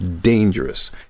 dangerous